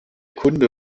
kunde